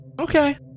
Okay